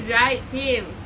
right same